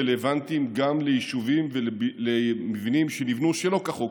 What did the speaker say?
רלוונטיים גם לישובים ולמבנים שנבנו שלא כחוק.